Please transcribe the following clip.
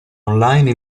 online